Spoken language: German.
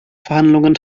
verhandlungen